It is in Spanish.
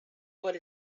por